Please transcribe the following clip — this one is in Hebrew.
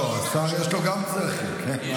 לא, השר, יש לו גם צרכים, כן.